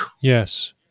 Yes